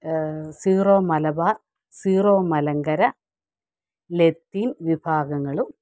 zero Malabar Syro Malankara Latin വിഭാഗങ്ങളും